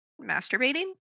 masturbating